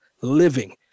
living